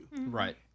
Right